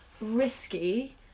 risky